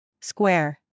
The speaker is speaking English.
Square